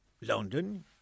London